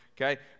okay